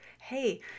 hey